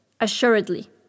assuredly